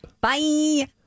bye